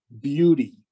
beauty